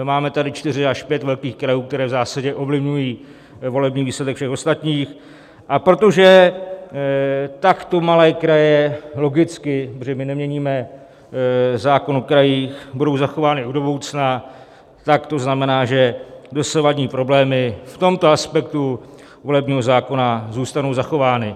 Máme tady čtyři až pět velkých krajů, které v zásadě ovlivňují volební výsledek všech ostatních, a protože takto malé kraje logicky, protože my neměníme zákon o krajích, budou zachovány i do budoucna, tak to znamená, že dosavadní problémy v tomto aspektu volebního zákona zůstanou zachovány.